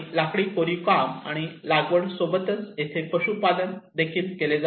लाकडी कोरीव काम आणि लागवड सोबतच तेथे पशुपालन देखील होते